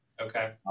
Okay